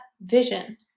Vision